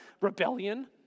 rebellion